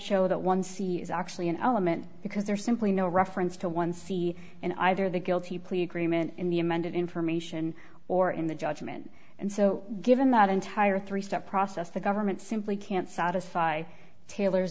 show that one c is actually an element because there's simply no reference to one c in either the guilty plea agreement in the amended information or in the judgement and so given that entire three step process the government simply can't satisfy taylor's